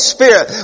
Spirit